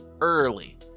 early